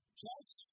judge